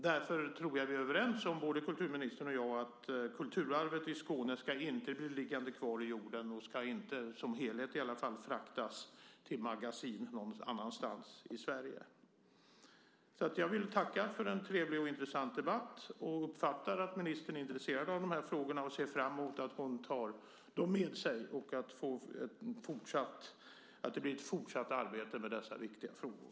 Därför tror jag att både kulturministern och jag är överens om att kulturarvet i Skåne inte ska bli liggande kvar i jorden och det ska inte, i varje fall som helhet, fraktas till magasin någon annanstans i Sverige. Jag vill tacka för en trevlig och intressant debatt. Jag uppfattar att ministern är intresserad av frågorna och ser fram emot att hon tar dem med sig och att det blir ett fortsatt arbete med dessa viktiga frågor.